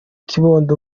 kabod